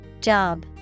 Job